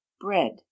Bread